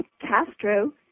Castro